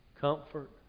comfort